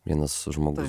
vienas žmogus